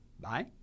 Bye